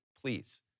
please